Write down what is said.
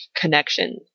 connection